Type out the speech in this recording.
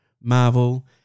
Marvel